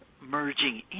merging